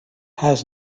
has